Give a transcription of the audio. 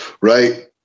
right